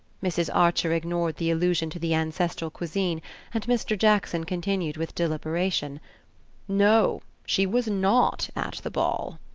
mrs. archer ignored the allusion to the ancestral cuisine and mr. jackson continued with deliberation no, she was not at the ball.